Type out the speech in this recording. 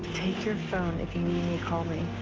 your phone. if you need me, call me.